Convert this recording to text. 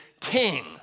king